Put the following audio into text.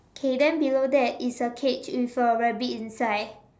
okay then below that is a cage with a rabbit inside